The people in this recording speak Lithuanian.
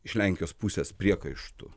iš lenkijos pusės priekaištų